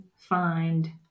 find